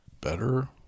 better